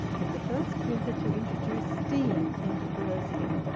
and the first printer to introduce steam into bursley.